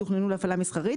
לא תוכננו להפעלה מסחרית.